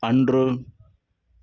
அன்று